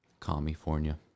California